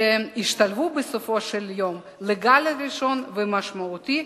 שהשתלבו בסופו של יום לגל הראשון והמשמעותי